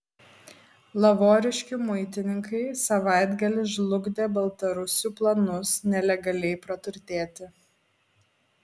lavoriškių muitininkai savaitgalį žlugdė baltarusių planus nelegaliai praturtėti